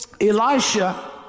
Elisha